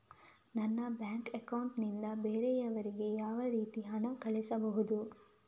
ನನ್ನ bank account ನಿಂದ ಬೇರೆಯವರಿಗೆ ಯಾವ ರೀತಿ ಹಣ ಕಳಿಸಬಹುದು?